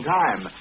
time